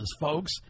folks